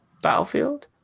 Battlefield